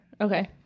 okay